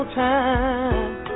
time